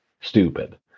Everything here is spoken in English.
stupid